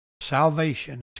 salvation